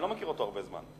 אני לא מכיר אותו הרבה זמן,